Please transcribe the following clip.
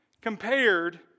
Compared